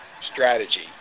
strategy